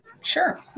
Sure